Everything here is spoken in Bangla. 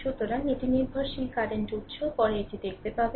সুতরাং এটি নির্ভরশীল কারেন্ট উত্স পরে এটি দেখতে পাবে